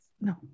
No